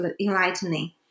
enlightening